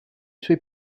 suoi